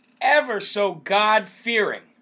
ever-so-God-fearing